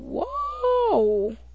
whoa